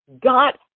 God